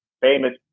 famous